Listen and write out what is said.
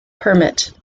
permit